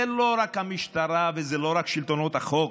זה לא רק המשטרה וזה לא רק שלטונות החוק,